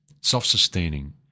self-sustaining